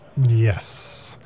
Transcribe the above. Yes